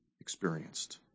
experienced